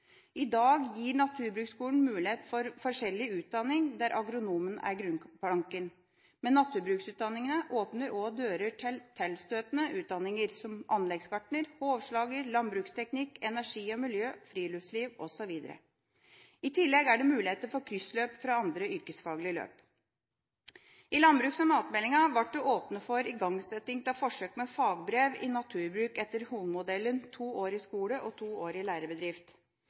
I dag gir naturbruksskolene mulighet for forskjellige utdanninger, der agronomen er grunnplanken. Men naturbruksutdanningene åpner også dører til tilstøtende utdanninger som anleggsgartner, hovslager, landbruksteknikk, energi og miljø, friluftsliv osv. I tillegg er det muligheter for kryssløp fra andre yrkesfaglige løp. I landbruks- og matmeldinga ble det åpnet for igangsetting av forsøk med fagbrev i naturbruk etter hovedmodellen, 2 år i skole og 2 år i lærebedrift.